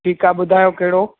ठीकु आहे ॿुधायो कहिड़ो